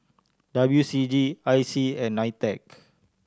W C G I C and NITEC